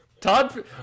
Todd